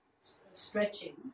stretching